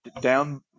down